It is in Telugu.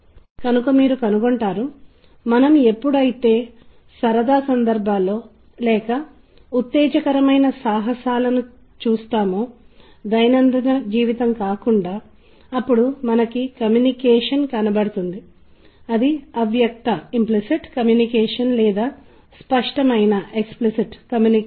ఇది నిర్దిష్ట ఆవర్తనతను కలిగి ఉంటుంది కానీ ఈ ఆవర్తనత వడ్రంగి మేకును నడిపే విధానం నుండి కూడా సంబంధం కలిగి ఉంటుంది కానీ దానితో పాటు ఇది మరింత క్లిష్టంగా ఉంటుంది ఈ సందర్భంలో సంగీతంలో లాగా లయను చేరుకునే ఏదో ఉందని మీరు కనుగొంటారు కానీ కొన్ని లయలు క్రమంగా దానితో అనుబంధించబడితే అది విజయవంతమైన లేదా విఫలమైన సంగీత దిశలో కదులుతుంది